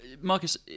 Marcus